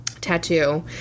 tattoo